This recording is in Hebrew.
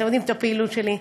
אתם יודעים את הפעילות שלי.